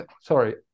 sorry